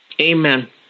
Amen